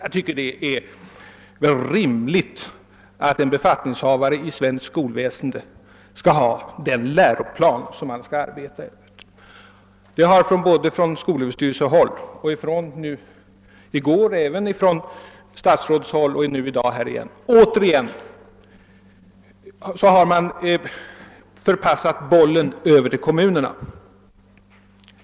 Jag tycker att det är rimligt att en befattningshavare i svenskt skolväsende skall ha ett exemplar av den läroplan han skall arbeta efter. Man har från skolöverstyrelsen, i går även från regeringshåll liksom i dag förpassat bollen över till kommunerna.